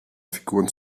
figuren